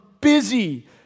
busy